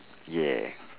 yeah